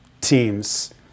teams